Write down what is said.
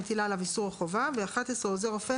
המטילה עליו איסור או חובה (11)עוזר רופא